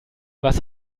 was